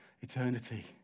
Eternity